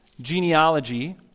genealogy